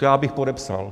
To já bych podepsal.